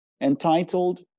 entitled